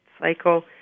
cycle